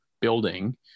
building